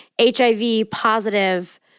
HIV-positive